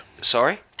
sorry